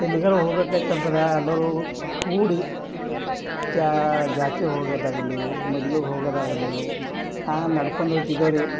ಎಲ್ಲಿಗಾದ್ರು ಹೋಗ್ಬೇಕಾಯ್ತು ಅಂದ್ರೆ ಎಲ್ಲರೂ ಕೂಡಿ ಜಾತ್ರೆಗೆ ಹೋಗೋದಾಗಲೀ ಮದ್ವೆಗೆ ಹೋಗೋದಾಗಲೀ ನಡ್ಕೊಂಡು ಹೋಗ್ತಿದ್ದೇವ್ ರೀ